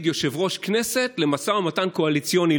יושב-ראש כנסת לבין משא ומתן קואליציוני.